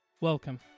Welcome